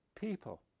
People